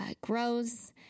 grows